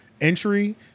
entry